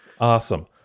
awesome